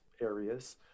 areas